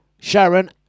Sharon